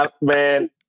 Man